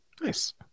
Nice